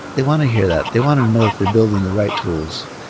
they want to hear that. they want to know that they're building the right tools.